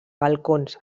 balcons